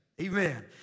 Amen